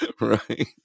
right